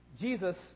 Jesus